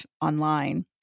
online